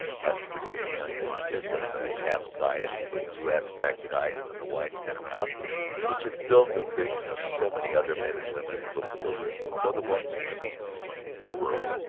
asked virginia, unconscious of a half-sigh as she withdrew abstracted eyes from the wide panorama which had filled the vision of so many other men and women and little children before the white man came to claim the new world.